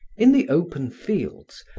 in the open fields,